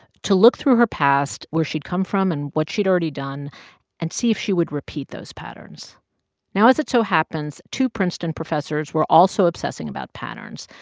to look through her past where she'd come from and what she'd already done and see if she would repeat those patterns now, as it so happens, two princeton professors were also obsessing about patterns.